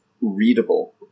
readable